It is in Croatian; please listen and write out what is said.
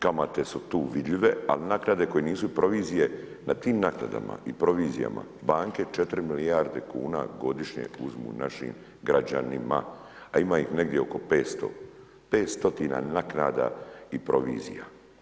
Kamate su tu vidljive, ali naknade koje nisu provizije na tim naknadama i provizijama banke 4 milijarde kuna godišnje uzmu našim građanima, a ima ih negdje oko 500, 5 stotina naknada i provizija.